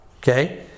okay